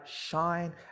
shine